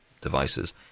devices